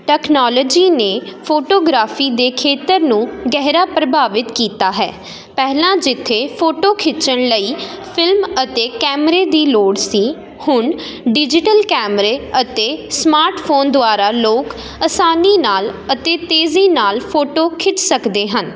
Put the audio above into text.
technology ਨੇ photography ਦੇ ਖੇਤਰ ਨੂੰ ਗਹਿਰਾ ਪ੍ਰਭਾਵਿਤ ਕੀਤਾ ਹੈ ਪਹਿਲਾਂ ਜਿੱਥੇ ਫੋਟੋ ਖਿੱਚਣ ਲਈ ਫ਼ਿਲਮ ਅਤੇ ਕੈਮਰੇ ਦੀ ਲੋੜ ਸੀ ਹੁਣ ਡਿਜੀਟਲ ਕੈਮਰੇ ਅਤੇ ਸਮਾਰਟ ਫੋਨ ਦੁਆਰਾ ਲੋਕ ਆਸਾਨੀ ਨਾਲ ਅਤੇ ਤੇਜ਼ੀ ਨਾਲ ਫੋਟੋ ਖਿੱਚ ਸਕਦੇ ਹਨ